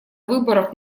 выборов